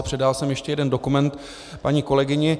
Předával jsem ještě jeden dokument paní kolegyni.